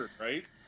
Right